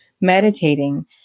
meditating